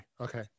okay